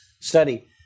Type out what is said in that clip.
study